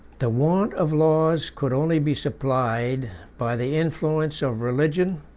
the want of laws could only be supplied by the influence of religion,